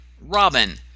Robin